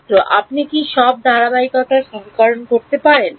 ছাত্র আপনি কি সব ধারাবাহিকতা সমীকরণ করতে পারেন